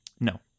No